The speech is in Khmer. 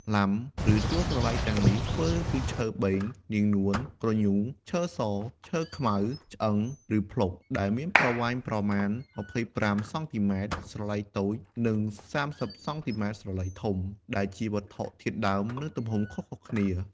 “លាំ” ឬតួស្រឡៃទាំងនេះ ធ្វើពីឈើបេង នាងនួន ក្រញូង ឈើស ឈើខ្មៅ ឆ្អឹង ឬភ្លុក ដែលមានប្រវែងប្រមាណ ២៥ សង់ទីម៉ែត្រ ស្រឡៃតូច និង ៣០ សង់ទីម៉ែត្រ ស្រឡៃធំ ដែលជាវត្ថុធាតុដើម និងទំហំខុសៗគ្នា។